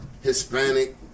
Hispanic